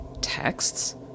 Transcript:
texts